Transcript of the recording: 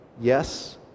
yes